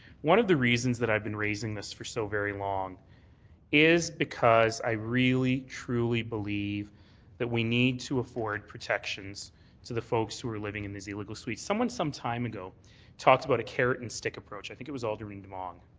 one of the reasons that i've been raising this for so very long is because i really, truly believe that we need to afford protections to the folks who are living in the illegal suites. someone some time ago talked about a carrot and stick approach, i think it was alderman demong.